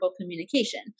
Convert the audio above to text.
communication